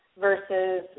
versus